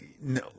no